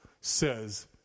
Says